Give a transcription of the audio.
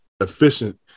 efficient